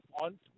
on